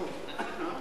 אגב,